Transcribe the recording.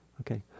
Okay